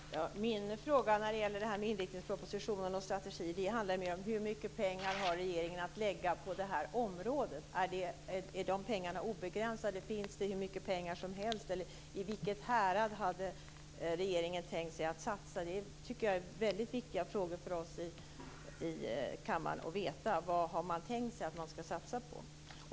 Fru talman! Min fråga när det gäller inriktningspropositionen och strategi handlar mer om hur mycket pengar regeringen har att lägga på det här området. Är de pengarna obegränsade? Finns det hur mycket pengar som helst? I vilket härad hade regeringen tänkt satsa? Det är mycket viktigt för oss i kammaren att få svar på frågan vad man har tänkt satsa på.